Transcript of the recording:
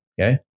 Okay